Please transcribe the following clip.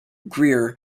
greer